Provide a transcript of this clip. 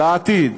לעתיד.